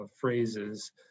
phrases